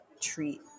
treat